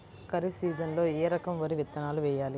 ఖరీఫ్ సీజన్లో ఏ రకం వరి విత్తనాలు వేయాలి?